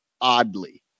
oddly